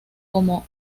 como